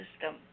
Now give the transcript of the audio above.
system